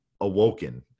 awoken